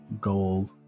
gold